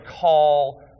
call